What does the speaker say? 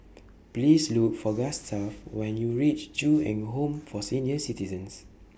Please Look For Gustaf when YOU REACH Ju Eng Home For Senior Citizens